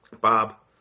Bob